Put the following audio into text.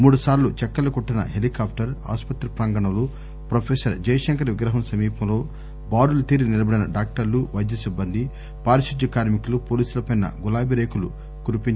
మూడు సార్లు చెక్కర్లు కొట్టిన హెలికాప్టర్ ఆసుపత్రి ప్రాంగణంలో ప్రొఫెసర్ జయశంకర్ విగ్రహం సమీపంలో బారులు తీరి నిలబడిన డాక్టర్లు వైద్య సిబ్బంది పారిశుధ్య కార్మికులు పోలీసులపై గులాబీ రేకులు కురిపించింది